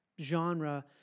genre